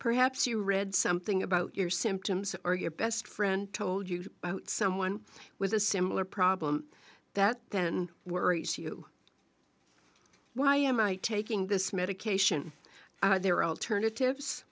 perhaps you read something about your symptoms or your best friend told you about someone with a similar problem that then worries you why am i taking this medication there are alternatives